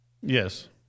Yes